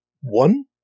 one